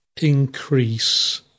increase